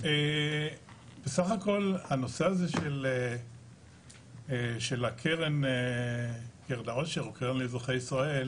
סך הכל הנושא הזה של הקרן לאזרחי ישראל,